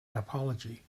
typology